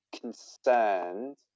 concerned